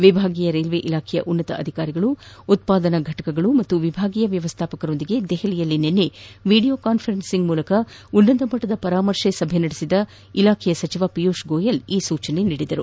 ವಿಭಾಗೀಯ ರೈಲ್ವೆ ಇಲಾಖೆಯ ಉನ್ನತ ಅಧಿಕಾರಿಗಳು ಉತ್ಪಾದನಾ ಘಟಕಗಳು ಹಾಗೂ ವಿಭಾಗೀಯ ವ್ಯವಸ್ಣಾಪಕರ ಜತೆ ದೆಹಲಿಯಲ್ಲಿ ನಿನ್ನೆ ವಿಡಿಯೋ ಕಾನ್ಪರೆನ್ಸ್ ಮೂಲಕ ಉನ್ನತ ಮಟ್ಟದ ಪರಾಮರ್ಶೆ ಸಭೆ ನಡೆಸಿದ ಇಲಾಖೆಯ ಸಚಿವ ಪಿಯೂಷ್ ಗೋಯಲ್ ಈ ಸೂಚನೆ ನೀಡಿದರು